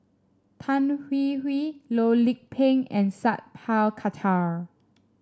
Tan Hwee Hwee Loh Lik Peng and Sat Pal Khattar